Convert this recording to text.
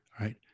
right